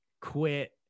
quit